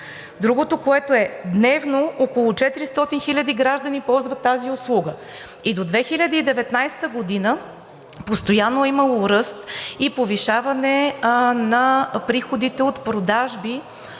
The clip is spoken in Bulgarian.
Другото, което е – дневно около 400 хиляди граждани ползват тази услуга и до 2019 г. постоянно е имало ръст и повишаване на приходите от продажби